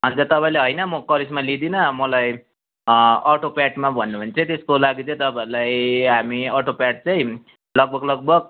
अन्त तपाईँले होइन म करिस्मा लिँदिनँ मलाई अटोप्याडमा भन्नुभयो भने चाहिँ त्यसको लागि चाहिँ तपाईँहरूलाई हामी अटोप्याड चाहिँ लगभग लगभग